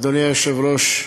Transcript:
אדוני היושב-ראש,